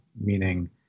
meaning